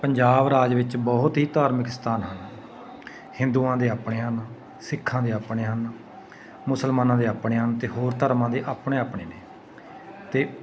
ਪੰਜਾਬ ਰਾਜ ਵਿੱਚ ਬਹੁਤ ਹੀ ਧਾਰਮਿਕ ਸਥਾਨ ਹਨ ਹਿੰਦੂਆਂ ਦੇ ਆਪਣੇ ਹਨ ਸਿੱਖਾਂ ਦੇ ਆਪਣੇ ਹਨ ਮੁਸਲਮਾਨਾਂ ਦੇ ਆਪਣੇ ਹਨ ਅਤੇ ਹੋਰ ਧਰਮਾਂ ਦੇ ਆਪਣੇ ਆਪਣੇ ਨੇ ਅਤੇ